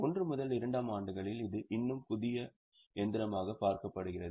1 மற்றும் 2 ஆம் ஆண்டுகளில் இது இன்னும் புதிய இயந்திரமாக பார்க்கப்படுகிறது